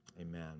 Amen